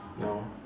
no